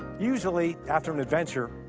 usually after an adventure,